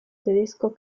tedesco